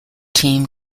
team